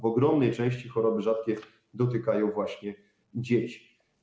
W ogromnej części choroby rzadkie dotykają właśnie dzieci.